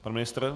Pan ministr?